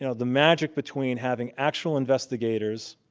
you know the magic between having actual investigators,